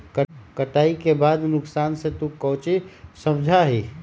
कटाई के बाद के नुकसान से तू काउची समझा ही?